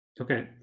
Okay